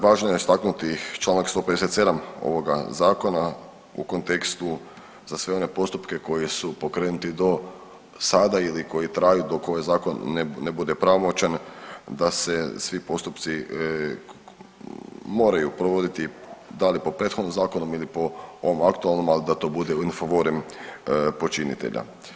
Važno je istaknuti Članak 157. ovoga zakona u kontekstu za sve one postupke koji su pokrenuti do sada ili koji traju dok ovaj zakon ne bude pravomoćan da se svi postupci moraju provoditi da li po prethodnom zakonu ili po ovom aktualnom ali da to bude u in favorem počinitelja.